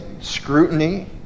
scrutiny